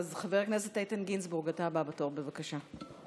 חבר הכנסת איתן גינזבורג, אתה הבא בתור, בבקשה.